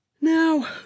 now